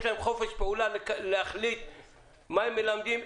להם חופש פעולה להחליט מה הם מלמדים,